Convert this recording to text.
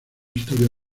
historia